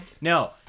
No